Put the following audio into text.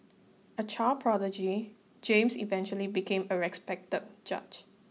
a child prodigy James eventually became a respected judge